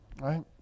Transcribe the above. right